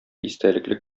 истәлекле